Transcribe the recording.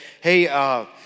hey